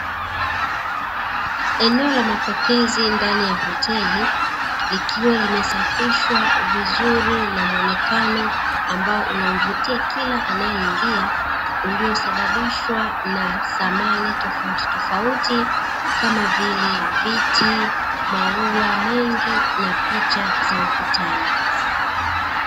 Eneo la mapokezi ndani ya hoteli, likiwa limesafishwa vizuri na muonekano ambao unamvutia kila anayeingia, uliosababishwa na samani tofautitofauti kama vile viti, maua mengi na picha za ukutani.